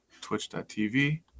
twitch.tv